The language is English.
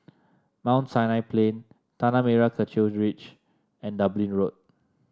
Mount Sinai Plain Tanah Merah Kechil Ridge and Dublin Road